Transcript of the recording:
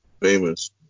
famous